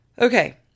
Okay